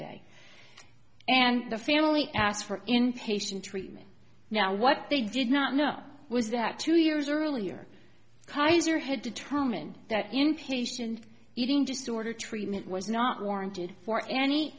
day and the family asked for inpatient treatment now what they did not know was that two years earlier kaiser had determined that inpatient eating disorder treatment was not warranted for any